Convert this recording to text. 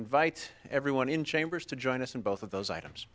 invite everyone in chambers to join us in both of those items